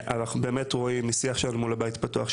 אנחנו באמת רואים מהשיח שלנו מול ׳הבית הפתוח׳,